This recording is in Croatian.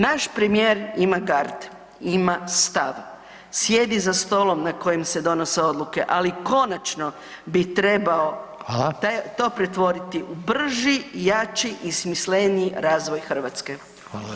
Naš premijer ima gard, ima stav, sjedi za stolom na kojem se donose odluke, ali konačni bi trebao [[Upadica: Hvala.]] to pretvoriti u brži, jači i smisleniji razvoj Hrvatske.